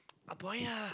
ah boy ah